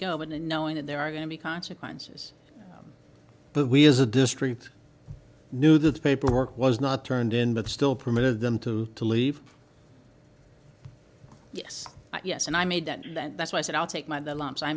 and knowing that there are going to be consequences but we as a district knew that the paperwork was not turned in but still permitted them to to leave yes yes and i made that and that's why i said i'll take my lumps i